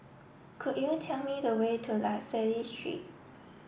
could you tell me the way to La Salle Street